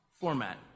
format